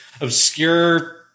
obscure